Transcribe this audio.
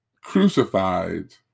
crucified